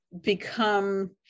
become